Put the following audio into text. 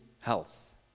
health